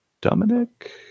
Dominic